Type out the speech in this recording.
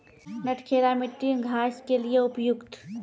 नटखेरा मिट्टी घास के लिए उपयुक्त?